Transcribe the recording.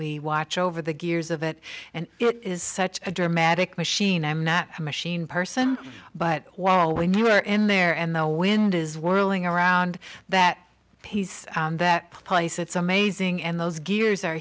we watch over the gears of it and it is such a dramatic machine i'm not a machine person but while when you are in there and the wind is whirling around that piece that place it's amazing and those gears are